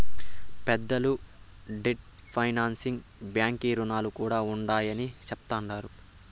పెద్దలు debt financing బాంకీ రుణాలు కూడా ఉండాయని చెప్తండారు